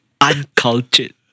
uncultured